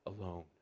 alone